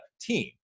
team